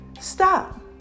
Stop